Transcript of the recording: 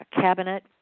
cabinet